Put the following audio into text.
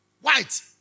White